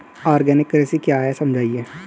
Organic कृषि क्या है समझाइए?